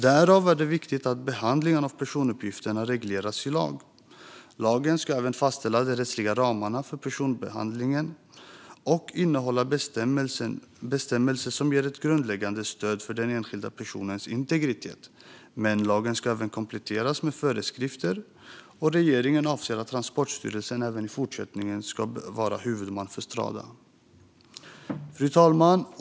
Därför är det viktigt att behandlingen av personuppgifterna regleras i lag. Lagen ska fastställa de rättsliga ramarna för personuppgiftsbehandlingen och innehålla bestämmelser som ger ett grundläggande skydd för den enskildes personliga integritet. Lagen ska även kompletteras med föreskrifter. Regeringen anser att Transportstyrelsen även i fortsättningen ska vara huvudman för Strada. Fru talman!